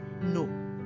no